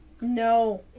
No